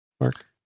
Mark